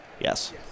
Yes